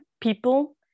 people